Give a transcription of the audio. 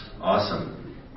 Awesome